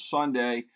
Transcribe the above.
Sunday